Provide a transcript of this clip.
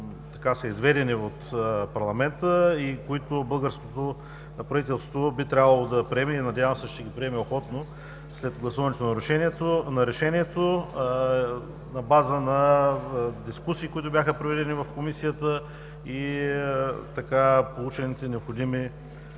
и които българското правителство би трябвало да приеме и, надявам се, ще ги приеме охотно след гласуването на решението, на база на дискусии, които бяха проведени в Комисията и получените необходими